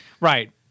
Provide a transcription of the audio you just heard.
Right